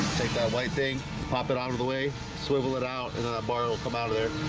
that light thing pop it out of the way swivel it out and then a bar will come out of there